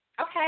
Okay